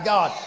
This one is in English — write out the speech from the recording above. God